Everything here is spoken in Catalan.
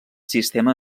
sistema